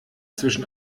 zwischen